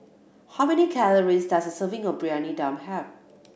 how many calories does a serving of Briyani Dum have